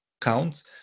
counts